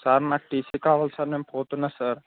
sir నాకు TC కావాలి sir నేను పోతున్నాను సార్